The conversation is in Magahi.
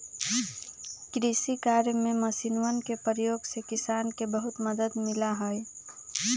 कृषि कार्य में मशीनवन के प्रयोग से किसान के बहुत मदद मिला हई